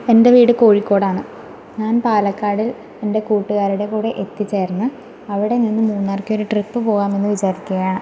എന്റെ വീട് കോഴിക്കോടാണ് ഞാന് പാലക്കാട് എന്റെ കൂട്ടുകാരുടെ കൂടെ എത്തിച്ചേര്ന്ന് അവിടെ നിന്ന് മൂന്നാര്ക്കൊരു ട്രിപ്പ് പോവാമെന്ന് വിചാരിക്കുകയാണ്